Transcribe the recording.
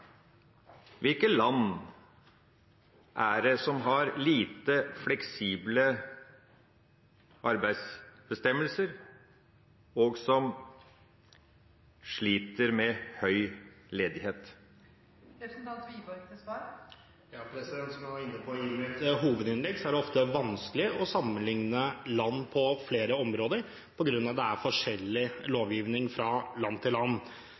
Hvilke land er det som har lite fleksible arbeidsmarkeder, og som sliter med høy ledighet? Som jeg var inne på i mitt hovedinnlegg, er det ofte vanskelig å sammenligne land på flere områder på grunn av at det er forskjellig lovgivning fra land til land.